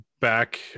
back